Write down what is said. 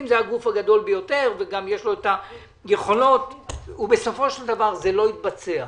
אין יותר נכון וצודק מה שאנחנו עושים עכשיו.